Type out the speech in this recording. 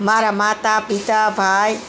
મારા માતા પિતા ભાઈ